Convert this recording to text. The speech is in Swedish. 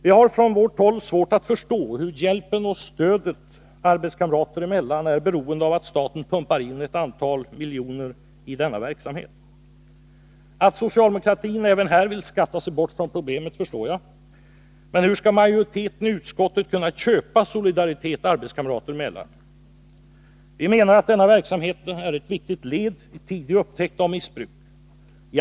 Vi har från vårt håll svårt att förstå hur hjälpen och stödet arbetskamrater emellan skulle kunna vara beroende av att staten pumpar in ett antal miljoner i denna verksamhet. Att socialdemokratin även här vill skatta sig bort från problemet förstår jag, men hur skall majoriteten i utskottet kunna köpa solidaritet arbetskamrater emellan? Vi menar att den kamratstödjande verksamheten är ett viktigt led i en tidig upptäckt av missbruk.